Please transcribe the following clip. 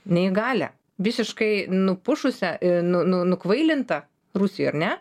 neįgalią visiškai nupušusią nu nu nukvailintą rusijoj ar ne